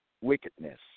Wickedness